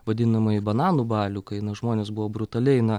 vadinamąjį bananų balių kai na žmonės buvo brutaliai na